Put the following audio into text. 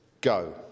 go